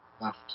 left